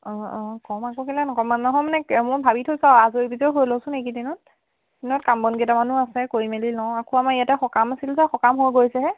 অঁ অঁ কম আকৌ কেলে নকম নহয় মানে মোৰ ভাবি থৈছোঁ আৰু আজৰি বিজৰি হৈ লওঁচোন এইকেইদিনত দিনত কাম বন কেইটামানো আছে কৰি মেলি লওঁ আকৌ আমাৰ ইয়াতে সকাম আছিল যে সকাম হৈ গৈছেহে